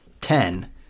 ten